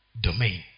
domain